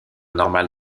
normale